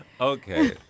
Okay